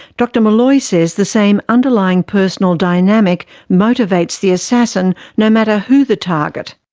dr meloy says the same underlying personal dynamic motivates the assassin no matter who the target.